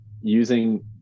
using